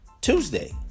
Tuesday